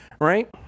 right